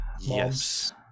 Yes